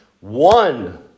one